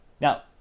Now